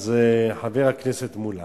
חבר הכנסת מולה,